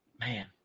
Man